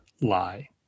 lie